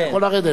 אתה יכול לרדת.